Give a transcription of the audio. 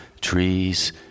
trees